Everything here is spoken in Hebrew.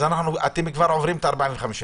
אתם עוברים את ה-45 ימים.